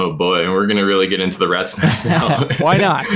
ah boy, and we're going to really get into the rat's nest now why not